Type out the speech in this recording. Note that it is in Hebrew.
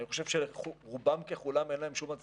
אני חושב שלרובם ככולם אין שום הצדקה.